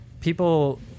people